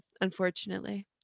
unfortunately